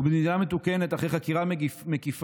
במדינה מתוקנת, אחרי חקירה מקיפה,